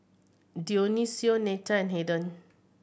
Dionicio Netta and Haiden